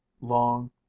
long